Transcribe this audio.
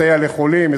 מסייע לחולים,